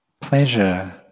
pleasure